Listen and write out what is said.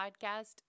podcast